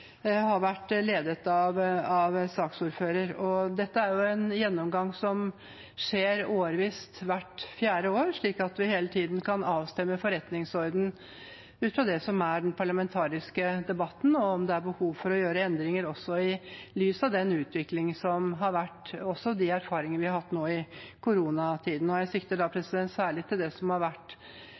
har vært ledet av saksordføreren. Dette er jo en gjennomgang som skjer hvert fjerde år, slik at vi hele tiden kan avstemme forretningsordenen ut fra det som er den parlamentariske debatten, og om det er behov for å gjøre endringer i lys av den utviklingen som har vært, og også i lys av de erfaringer vi har hatt nå i koronatiden. Jeg sikter da særlig til gjennomgangen av både det